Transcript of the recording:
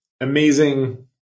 amazing